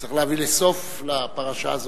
צריך להביא סוף לפרשה הזאת.